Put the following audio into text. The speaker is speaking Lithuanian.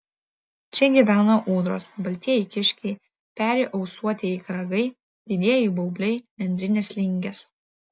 čia gyvena ūdros baltieji kiškiai peri ausuotieji kragai didieji baubliai nendrinės lingės